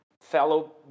fellow